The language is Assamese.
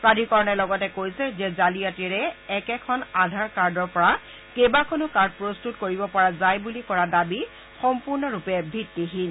প্ৰাধিকৰণে লগতে কৈছে যে জালিয়াতিৰে একেখন আধাৰ কাৰ্ডৰ পৰা কেইবাখনো কাৰ্ড প্ৰস্তুত কৰিব পৰা যায় বুলি কৰা দাবী সম্পূৰ্ণৰূপে ভিত্তিহীন